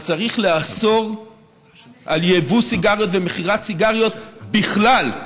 אבל צריך לאסור יבוא סיגריות ומכירת סיגריות בכלל.